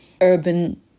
urban